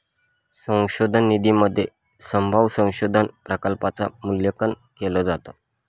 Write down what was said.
संशोधन निधीमध्ये संभाव्य संशोधन प्रकल्पांच मूल्यांकन केलं जातं